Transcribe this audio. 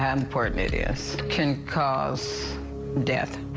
how important it is. can cause death.